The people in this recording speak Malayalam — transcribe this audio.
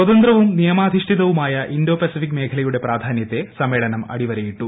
സ്വാതന്ത്രവും നിയമാധിഷ്ഠിതവുമായ ഇന്തോ പസഫിക് മേഖലയുടെ പ്രാധാന്യത്തെ സമ്മേളനം അടിവരയിട്ടു